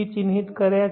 ચિહ્નિત કર્યા છે